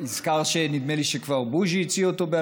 הזכרת, נדמה לי, שכבר בוז'י הציע אותו.